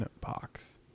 box